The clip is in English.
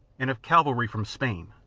and of cavalry from spain.